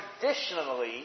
traditionally